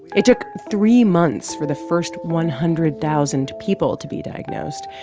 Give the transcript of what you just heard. it took three months for the first one hundred thousand people to be diagnosed,